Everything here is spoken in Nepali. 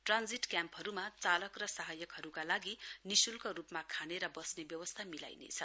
ट्रान्जित क्याम्पहरू चालक र सहायकहरूका लागि निशुल्क रूपमा खाने र बस्ने व्यवस्था मिलाइनेछ